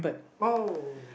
oh